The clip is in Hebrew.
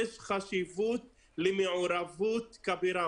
יש חשיבות למעורבות כבירה,